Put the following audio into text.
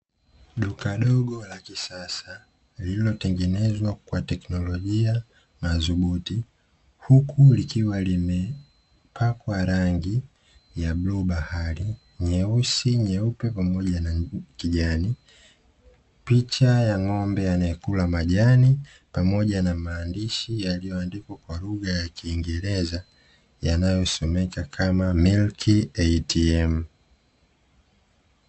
Duka dogo la kisasa lililotengenezwa kwa teknolojia madhubuti, huku likiwa limepakwa rangi ya bluu bahari, nyeusi, nyeupe pamoja na kijani. Picha ya ng’ombe anayekula majani pamoja na maandishi yaliyoandikwa kwa lugha ya kingereza, yanayosomeka kama “Milk ATM”.